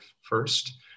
first